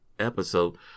episode